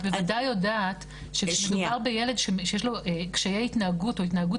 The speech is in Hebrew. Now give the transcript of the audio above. אבל את בוודאי יודעת כשמדובר בילד שיש לו קשיי התנהגות או התנהגות